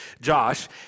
Josh